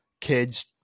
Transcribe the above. kids